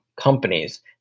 companies